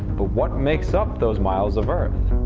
but what makes up those miles of earth?